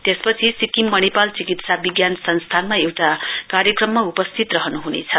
त्यसपछि सिक्किम मणिपाल चिकित्सा विज्ञन संस्थानमा एउटा कार्यक्रममा उपस्थित रहनुहनेछ